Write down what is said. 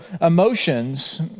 emotions